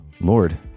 lord